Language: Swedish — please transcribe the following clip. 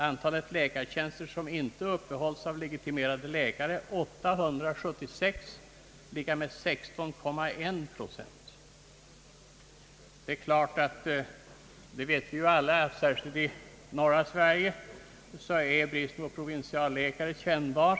Antalet läkartjänster som inte uppehålles av legitimerad läkare var 877 = 16,1 procent. Vi vet ju alla att särskilt i norra Sverige är bristen på provinsialläkare kännbar.